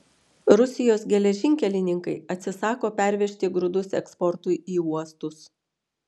rusijos geležinkelininkai atsisako pervežti grūdus eksportui į uostus